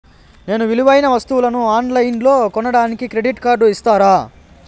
నేను విలువైన వస్తువులను ఆన్ లైన్లో కొనడానికి క్రెడిట్ కార్డు ఇస్తారా?